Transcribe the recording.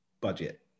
budget